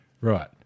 Right